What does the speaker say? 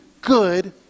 good